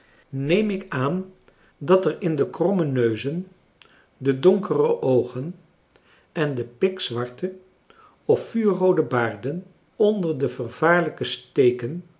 neem ik aan dat er in de kromme neuzen de donkere oogen en de pikzwarte of vuurroode baarden onder de vervaarlijke steken